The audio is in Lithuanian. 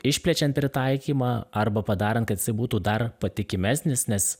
išplečiant pritaikymą arba padarant kad jisai būtų dar patikimesnis nes